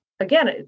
Again